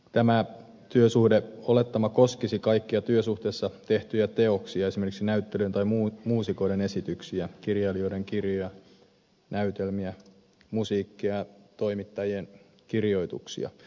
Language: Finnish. tämä työsuhdeolettama koskisi kaikkia työsuhteessa tehtyjä teoksia esimerkiksi näyttelijöiden tai muusikoiden esityksiä kirjailijoiden kirjoja näytelmiä musiikkia ja toimittajien kirjoituksia